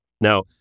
Now